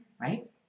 right